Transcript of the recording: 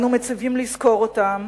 אנו מצווים לזכור אותם